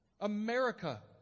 America